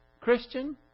Christian